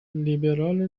لیبرال